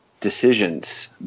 decisions